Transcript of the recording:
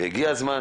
הגיע הזמן